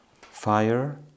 fire